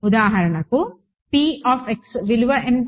ఉదాహరణకు విలువ ఎంత